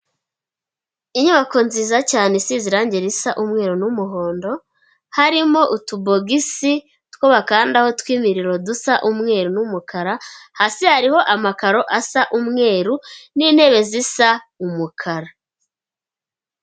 Inyubako nziza cyane isize irange risa umweru n'umuhondo, harimo utubogisi two bakandaho tw'imiriro dusa umweru n'umukara, hasi hariho amakaro asa umweru n'intebe zisa umukara.